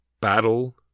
battle